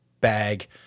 bag